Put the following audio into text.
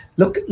look